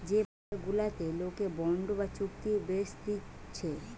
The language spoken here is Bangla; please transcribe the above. যে বাজার গুলাতে লোকে বন্ড বা চুক্তি বেচতিছে